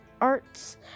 arts